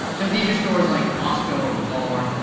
so these are stores like costco or walmart,